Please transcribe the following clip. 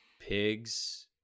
pigs